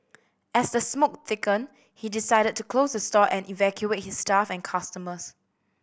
as the smoke thickened he decided to close the store and evacuate his staff and customers